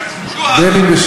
זאלמה?